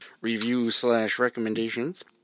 review-slash-recommendations